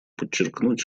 подчеркнуть